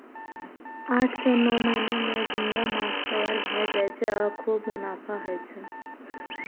आठ सं नौ महीना मे झींगा माछ तैयार भए जाय छै आ खूब मुनाफा होइ छै